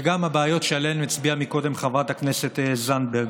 וגם הבעיות שעליהן הצביעה קודם חברת הכנסת זנדברג.